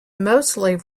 mostly